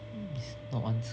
this not answer